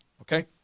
okay